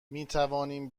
میتوانیم